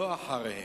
לא אחריהם.